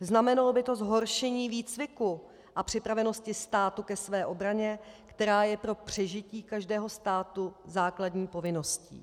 Znamenalo by to zhoršení výcviku a připravenosti státu ke své obraně, která je pro přežití každého státu základní povinností.